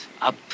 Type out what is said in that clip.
Up